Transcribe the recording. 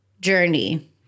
journey